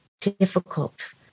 difficult